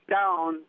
down